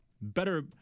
Better –